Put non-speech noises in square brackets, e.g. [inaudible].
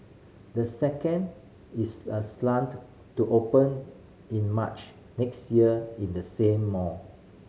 the second is [unintelligible] to open in March next year in the same mall